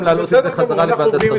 גם להעלות את זה חזרה לוועדת שרים.